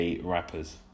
rappers